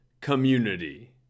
community